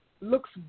looks